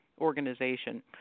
organization